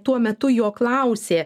tuo metu jo klausė